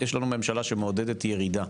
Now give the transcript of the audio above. יש עכשיו ממשלה שמעודדת ירידה.